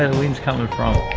and wind's coming from.